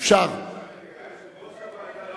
שרים יכולים לחזור?